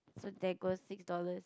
so there goes six dollars